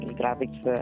graphics